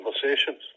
conversations